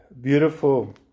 beautiful